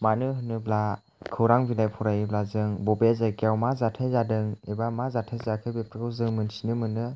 मानो होनोब्ला खौरां बिलाइ फरायोब्ला जों बबे जायगायाव मा जाथाय जादों एबा मा जाथाय जायाखै बेफोरखौ जों मिथिनो मोनो